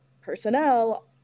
personnel